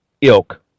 ilk